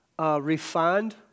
refined